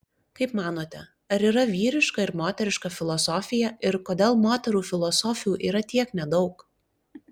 kaip manote ar yra vyriška ir moteriška filosofija ir kodėl moterų filosofių yra tiek nedaug